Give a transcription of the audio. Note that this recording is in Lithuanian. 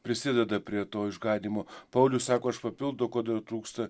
prisideda prie to išganymo paulius sako aš papildau ko trūksta